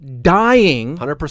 dying